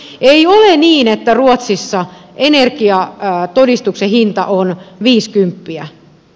ei ole niin että ruotsissa energiatodistuksen hinta on viisikymppiä